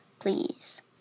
please